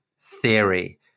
theory